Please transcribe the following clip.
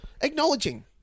acknowledging